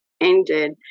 ended